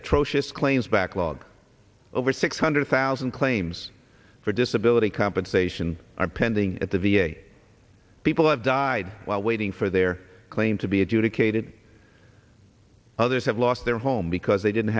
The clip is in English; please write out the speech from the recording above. atrocious claims backlog over six hundred thousand claims for disability compensation are pending at the v a people have died while waiting for their claim to be adjudicated others have lost their home because they didn't